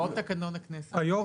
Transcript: יושב הראש,